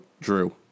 Drew